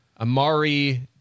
Amari